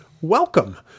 welcome